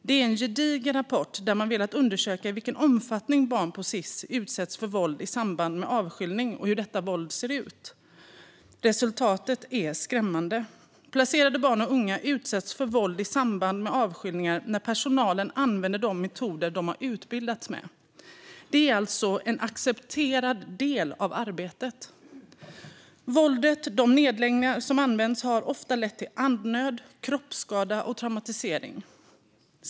Det är en gedigen rapport där man har velat undersöka i vilken omfattning barn på Sis utsätts för våld i samband med avskiljning och hur detta våld ser ut. Resultatet är skrämmande. Placerade barn och unga utsätts för våld i samband med avskiljningar när personalen använder de metoder som de har utbildats i. Det är alltså en accepterad del av arbetet. Våldet - de nedläggningar som används - har ofta lett till andnöd, kroppsskada och traumatisering.